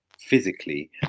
physically